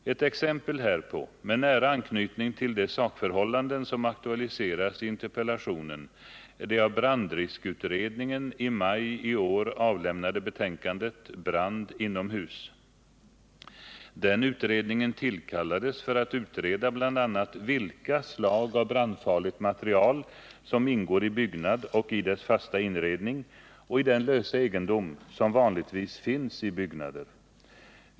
Ett exempel härpå —- med nära anknytning till de sakförhållanden som aktualiseras i interpellationen — är det av brandriskutredningen i maj i år avlämnade betänkandet Brand inomhus . Den utredningen tillkallades för att utreda bl.a. vilka slag av brandfarligt material som ingår i byggnad och i dess fasta inredning och i den lösa egendom som vanligtvis finns i byggnader.